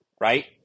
Right